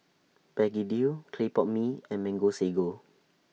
Begedil Clay Pot Mee and Mango Sago